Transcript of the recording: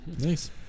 Nice